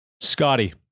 Scotty